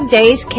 Days